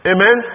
Amen